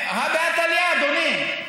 הא בהא תליא, אדוני.